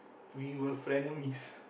we were friend enemies